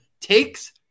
takes